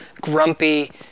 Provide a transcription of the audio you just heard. grumpy